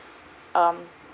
um